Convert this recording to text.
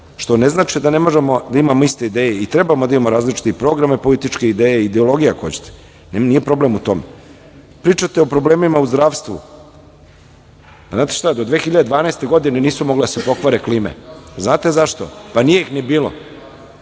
Što ne znači da ne možemo da imamo iste ideje i treba da imamo različite i programe, političke ideje, ideologije ako hoćete, nije problem u tome. Pričate o problemima u zdravstvu, znate šta do 2012. godine nisu mogle da se pokvare klime. Znate zašto? Pa, nije ih ni bilo,